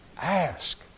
Ask